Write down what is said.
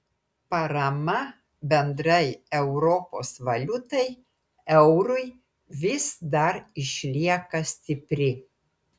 parama bendrai europos valiutai eurui vis dar išlieka stipri